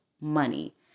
money